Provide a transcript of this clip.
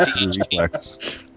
Reflex